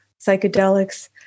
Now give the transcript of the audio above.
psychedelics